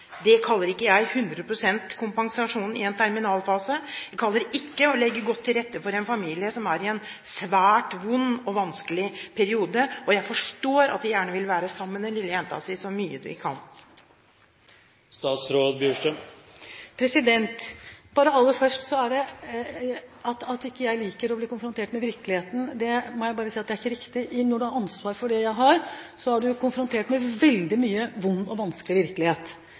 Det kaller ikke jeg 100 pst. kompensasjon i en terminalfase, jeg kaller det ikke å legge godt til rette for en familie som er i en svært vond og vanskelig periode, og jeg forstår at de gjerne vil være sammen med den lille jenta si så mye de kan. Aller først: At ikke jeg liker å bli konfrontert med virkeligheten, må jeg bare si ikke er riktig. Når du har ansvar for det jeg har ansvar for, er du konfrontert med veldig mye vond og vanskelig virkelighet.